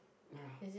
ya